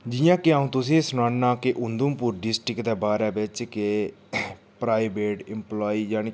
जियां कि अ'ऊं तुसेंगी सनाना कि उधमपुर दी डिस्ट्रिक्ट दे बारै बिच्च कि प्राइवेट इम्प्लाइ जानि के